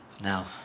Now